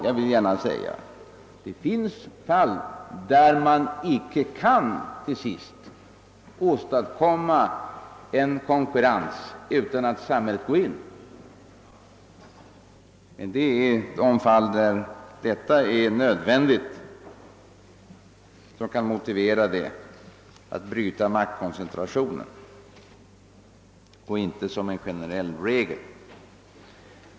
Jag vill dock säga att det kan uppstå fall där samhället måste träda in för att åstadkomma konkurrens och bryta en maktkoncentration, men detta gäller undantagsfall och är inte en generell regel.